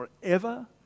forever